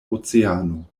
oceano